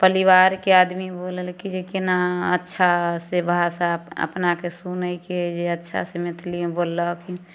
परिवारके आदमी बोलल की जे केना अच्छा से भाषा अपनाके सुनयके जे अच्छा से मैथिलीमे बोललक